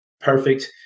perfect